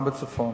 גם בצפון,